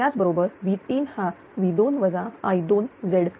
याच बरोबर V3 हा V2 I2Z2 असेल